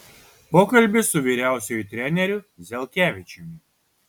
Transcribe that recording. pokalbis su vyriausiuoju treneriu zelkevičiumi